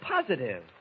Positive